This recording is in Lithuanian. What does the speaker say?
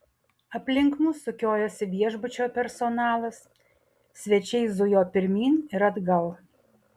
aplink mus sukiojosi viešbučio personalas svečiai zujo pirmyn ir atgal